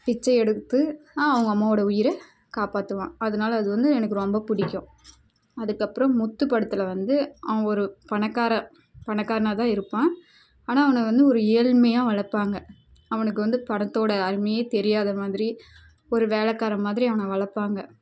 பிச்சை எடுத்து தான் அவங்க அம்மாவோடய உயரை காப்பாற்றுவான் அதனால அது வந்து எனக்கு ரொம்ப பிடிக்கும் அதுக்கப்புறோம் முத்து படத்தில் வந்து அவன் ஒரு பணக்கார பணக்காரனாக தான் இருப்பான் ஆனால் அவனை வந்து ஒரு ஏழ்மையாக வளர்ப்பாங்க அவனுக்கு வந்து பணத்தோடய அருமையே தெரியாத மாதிரி ஒரு வேலைக்காரன் மாதிரி அவனை வளர்ப்பாங்க